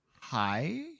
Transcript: hi